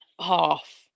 half